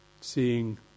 Seeing